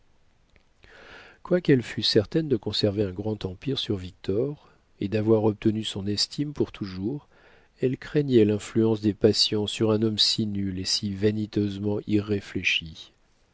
quoiqu'elle fût certaine de conserver un grand empire sur victor et d'avoir obtenu son estime pour toujours elle craignait l'influence des passions sur un homme si nul et si vaniteusement irréfléchi